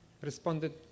responded